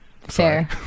fair